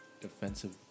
defensive